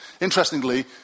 Interestingly